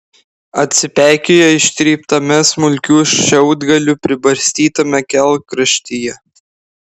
atsipeikėjo ištryptame smulkių šiaudgalių pribarstytame kelkraštyje